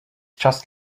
just